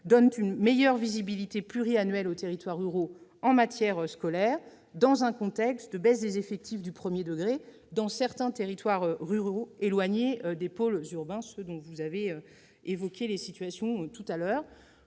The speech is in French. donnent une meilleure visibilité pluriannuelle aux territoires ruraux en matière scolaire, dans un contexte de baisse des effectifs du premier degré dans certains territoires ruraux éloignés des pôles urbains, ceux dont vous avez évoqué la situation voilà quelques